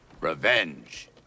Revenge